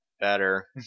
Better